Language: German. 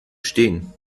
stehen